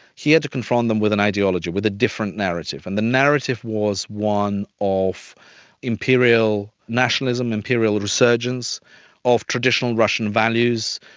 he had to confront them with an ideology, with a different narrative. and the narrative was one of imperial nationalism, imperial resurgence of traditional russian values,